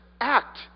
act